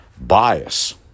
bias